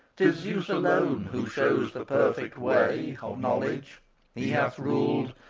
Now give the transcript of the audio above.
tis zeus alone who shows the perfect way of knowledge he hath ruled,